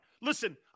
Listen